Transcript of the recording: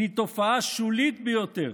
והיא תופעה שולית ביותר.